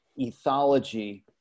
ethology